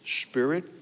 Spirit